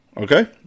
Okay